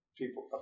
people